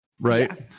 right